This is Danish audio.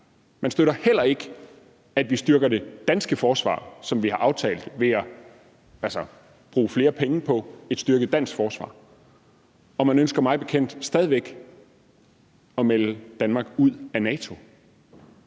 Man støtter heller ikke, at vi styrker det danske forsvar, som vi har aftalt, ved at bruge flere penge på et styrket dansk forsvar. Og man ønsker mig bekendt stadig væk at melde Danmark ud af NATO.